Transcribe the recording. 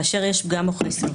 כאשר יש פגם או חסר,